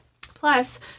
Plus